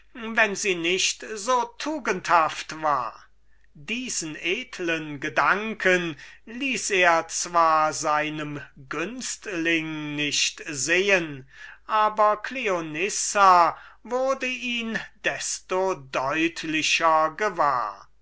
wenn sie nicht so tugendhaft war diesen edlen gedanken ließ er zwar den agathon nicht sehen aber cleonissa wurde ihn desto deutlicher gewahr